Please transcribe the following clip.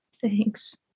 Thanks